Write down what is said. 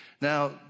Now